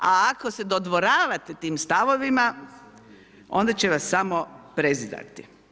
A, ako se dodvoravate tim stavovima, onda će vas samo prezirati.